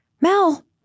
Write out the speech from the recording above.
Mel